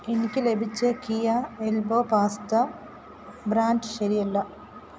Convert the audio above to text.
എനിക്ക് ലഭിച്ച കിയാ എൽബോ പാസ്ത ബ്രാൻഡ് ശരിയല്ല